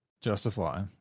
justify